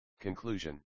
Conclusion